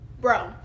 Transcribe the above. Bro